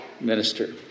minister